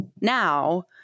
now